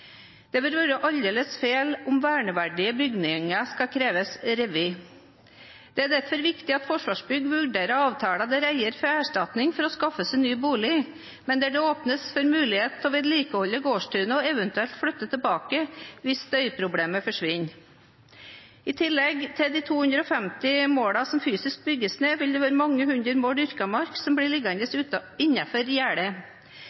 Det vil være aldeles feil om verneverdige bygninger skal kreves revet. Det er derfor viktig at Forsvarsbygg vurderer avtaler der eier får erstatning for å skaffe seg ny bolig, men der det åpnes for mulighet for å vedlikeholde gårdstunet, og eventuelt flytte tilbake hvis støyproblemet forsvinner. I tillegg til de 250 dekar som fysisk bygges ned, vil det være mange hundre mål dyrka mark som blir liggende